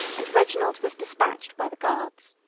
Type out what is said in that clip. and reginald was despatched by the guards.